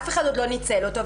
אף אחד עוד לא ניצל אותו,